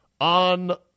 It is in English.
on